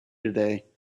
today